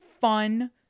fun